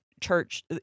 church